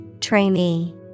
Trainee